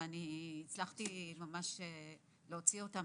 ואני הצלחתי ממש להוציא אותם,